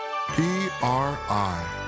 PRI